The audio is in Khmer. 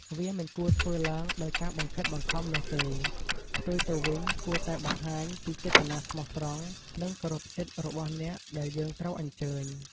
វាមិនគួរធ្វើឡើងដោយការបង្ខិតបង្ខំនោះទេ ផ្ទុយទៅវិញគួរតែបង្ហាញពីចេតនាស្មោះត្រង់ និងគោរពសិទ្ធិរបស់អ្នកដែលយើងត្រូវអញ្ជើញ។